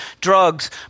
drugs